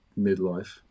midlife